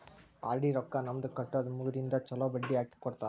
RD ರೊಕ್ಕಾ ನಮ್ದ ಕಟ್ಟುದ ಮುಗದಿಂದ ಚೊಲೋ ಬಡ್ಡಿ ಹಾಕ್ಕೊಡ್ತಾರ